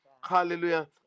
Hallelujah